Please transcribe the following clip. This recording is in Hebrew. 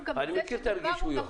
אני מכיר את הרגישויות.